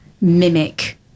mimic